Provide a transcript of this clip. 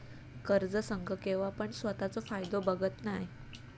कर्ज संघ केव्हापण स्वतःचो फायदो बघत नाय